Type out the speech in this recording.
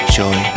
joy